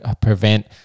prevent